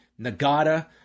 Nagata